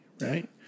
Right